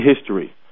history